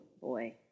boy